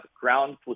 ground